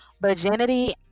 virginity